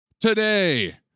today